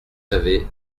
savez